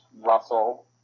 Russell